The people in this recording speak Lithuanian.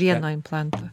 vieno implanto